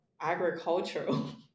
agricultural